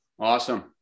Awesome